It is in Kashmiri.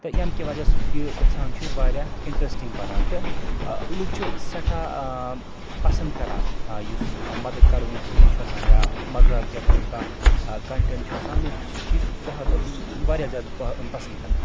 تہٕ ییٚمہِ کہِ وجہ سۭتۍ یہِ گژھان چھُ واریاہ اِنٹرٛسٹِنٛگ بَنان تہٕ ٲں لوٗکھ چھِ سٮ۪ٹھاہ ٲں پَسنٛد کَران ٲں یُس ٲں مَدد کَروُن چیٖز چھُ آسان یا مَزاقیہ طور کانٛہہ ٲں کۄنٹیٚنٛٹ چھُ آسان لوٗکھ چھِ سُہ چیٖز بہت ٲں واریاہ زیادٕ پَسنٛد کَران